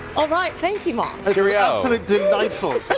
ah right, thank you, mark. that's ah yeah sort of delightful!